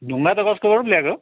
ढुङ्गा त कस्तो वा पो ल्याएको हो